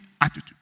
attitude